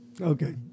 Okay